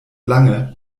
lange